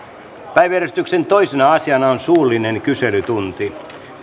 päiväjärjestyksen toisena asiana on suullinen kyselytunti